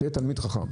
תהיה תלמיד חכם.